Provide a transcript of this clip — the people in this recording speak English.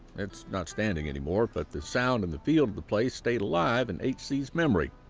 it's not standing any more, but the sound and the feel of the place stayed alive in hc's memory.